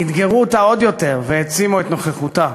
אתגרו אותה עוד יותר והעצימו את נוכחותה.